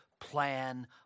plan